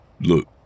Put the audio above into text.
Look